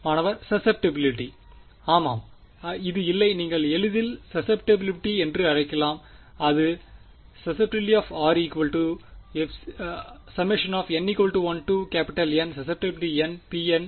மாணவர் ஸசெப்டிபிலிட்டி ஆமாம் இது இல்லை நீங்கள் இதை எளிதில் ஸசெப்டிபிலிட்டி என்று அழைக்கலாம் அது χn1Nχnpn